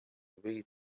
read